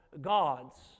gods